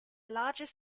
largest